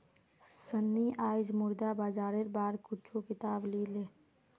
सन्नी आईज मुद्रा बाजारेर बार कुछू किताब ली ले